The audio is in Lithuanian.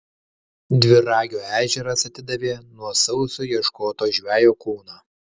dviragio ežeras atidavė nuo sausio ieškoto žvejo kūną